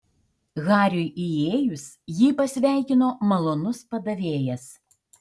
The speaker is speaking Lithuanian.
hariui įėjus jį pasveikino malonus padavėjas